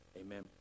Amen